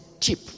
cheap